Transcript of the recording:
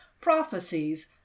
prophecies